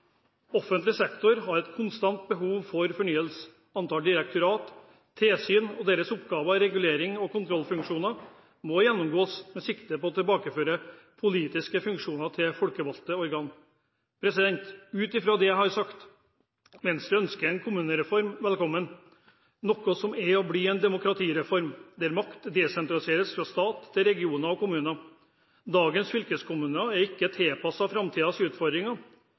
Offentlig sektor har et konstant behov for fornyelse. Antall direktorater, tilsyn og deres oppgaver, reguleringer og kontrollfunksjoner må gjennomgås med sikte på å tilbakeføre politiske funksjoner til folkevalgte organer. Ut fra det jeg har sagt, ønsker Venstre en kommunereform velkommen, noe som er og blir en demokratireform, der makt desentraliseres fra stat til regioner og kommuner. Dagens fylkeskommuner er ikke